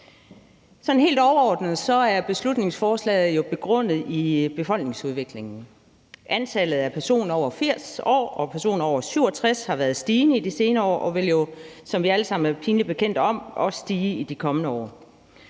helt overordnet er beslutningsforslaget jo begrundet i befolkningsudviklingen. Antallet af personer over 80 år og personer over 67 år har været stigende i de seneste år og vil jo, som vi alle sammen er pinlig bekendt om, også stige i de kommende år.